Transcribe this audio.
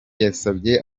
yasabye